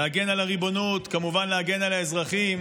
להגן על הריבונות, כמובן להגן על האזרחים,